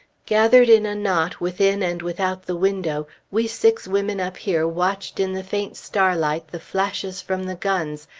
gathered in a knot within and without the window, we six women up here watched in the faint starlight the flashes from the guns,